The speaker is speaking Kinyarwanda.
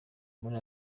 muri